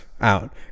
Out